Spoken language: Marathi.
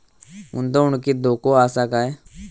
गुंतवणुकीत धोको आसा काय?